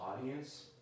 audience